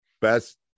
best